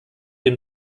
dem